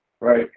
right